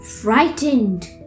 Frightened